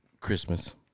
Christmas